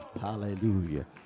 Hallelujah